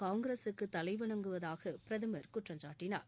காங்கிரகக்கு தலைவணங்குவதாக பிரதமர் குற்றம் சாட்டினார்